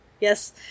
yes